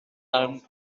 darn